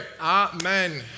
amen